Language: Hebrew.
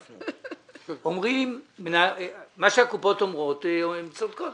מה שהקופות אומרות, הן צודקות.